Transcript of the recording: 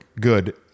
good